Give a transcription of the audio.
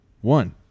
one